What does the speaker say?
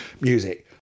Music